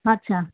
અચ્છા